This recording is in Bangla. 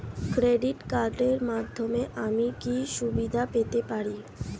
ক্রেডিট কার্ডের মাধ্যমে আমি কি কি সুবিধা পেতে পারি?